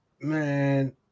Man